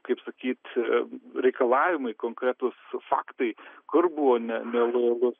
kaip sakyt reikalavimai konkretūs faktai kur buvo ne nelojalus